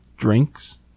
drinks